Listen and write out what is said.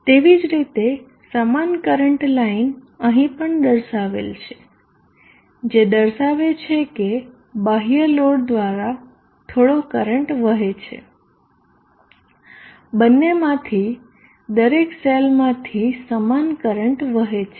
તેવી જ રીતે સમાન કરંટ લાઇન અહીં પણ દર્શાવેલ છે જે દર્શાવે છે કે બાહ્ય લોડ દ્વારા થોડો કરંટ વહે છે બંને માંથી દરેક સેલ માંથી સમાન કરંટ વહે છે